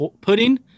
pudding